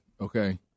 Okay